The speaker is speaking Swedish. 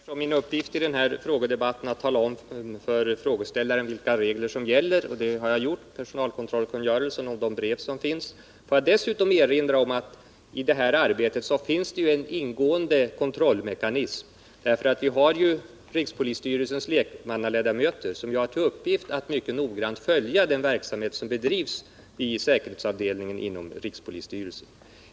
Herr talman! Jag ser det såsom min uppgift att i denna frågedebatt tala om för frågeställaren vilka regler som gäller. Det har jag också gjort. Jag nämnde personalkontrollkungörelsen och de brev som finns. Får jag dessutom erinra om att i den verksamhet vi nu talar om finns en ingående kontrollmekanism. Vi har rikspolisstyrelsens lekmannaledamöter, som har till uppgift att mycket noggrant följa den verksamhet som bedrivs av säkerhetsavdelningen inom rikspolisstyrelsen.